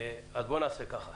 בוא נעשה ככה